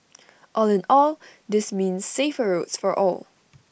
all in all this means safer roads for all